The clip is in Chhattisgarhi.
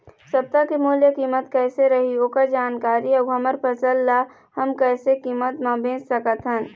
सप्ता के मूल्य कीमत कैसे रही ओकर जानकारी अऊ हमर फसल ला हम कैसे कीमत मा बेच सकत हन?